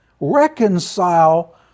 reconcile